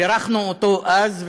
בירכנו אותו אז,